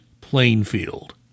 Plainfield